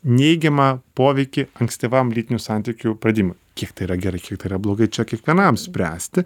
neigiamą poveikį ankstyvam lytinių santykių pradėjimui kiek tai yra gerai yra blogai čia kiekvienam spręsti